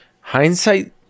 Hindsight